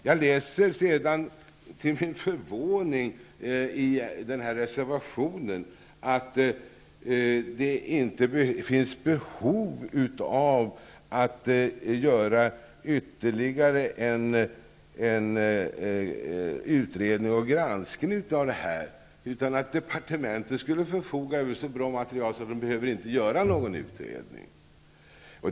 Jag läser sedan till min förvåning i reservationen att det inte finns behov av att göra ytterligare en utredning och granskning av detta, utan departementet skulle förfoga över så bra material att man inte behöver göra någon utredning.